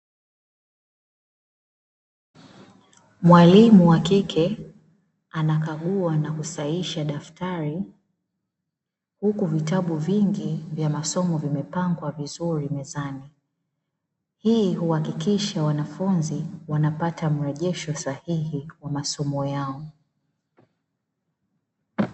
Mwalimu wa kike anakagua na kusahihisha daftari huku vitabu vingi vya masomo vimepangwa vizuri mezani, hii huhakikisha wanafunzi wanapata mrejesho sahihi wa masomo yao.